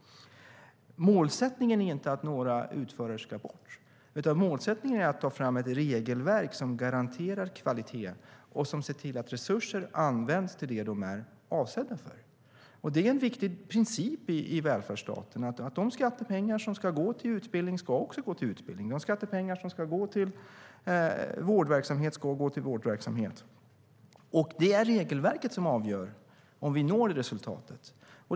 Målsättningen är inte att några utförare ska bort, utan målsättningen är att ta fram ett regelverk som garanterar kvalitet och som ser till att resurser används till det som de är avsedda för. Det är en viktig princip i välfärdsstaten att de skattepengar som ska gå till utbildning ska gå till utbildning. De skattepengar som ska gå till vårdverksamhet ska gå till vårdverksamhet. Det är regelverket som avgör om vi når resultatet.